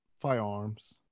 firearms